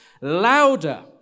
louder